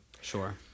Sure